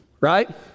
right